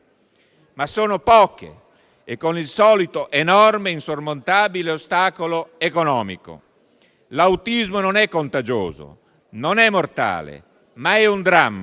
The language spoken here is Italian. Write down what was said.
ma sono poche e con il solito enorme e insormontabile ostacolo economico. L'autismo non è contagioso, né mortale, ma è un dramma